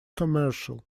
commercial